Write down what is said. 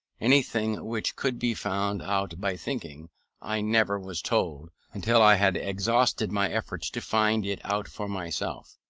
anything which could be found out by thinking i never was told, until i had exhausted my efforts to find it out for myself.